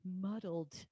muddled